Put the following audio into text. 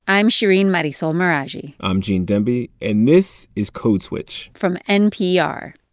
i'm shereen marisol meraji i'm gene demby. and this is code switch from npr